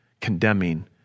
condemning